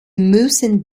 müssen